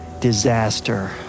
disaster